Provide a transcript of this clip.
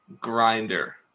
Grinder